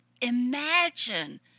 imagine